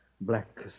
Black